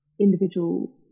individual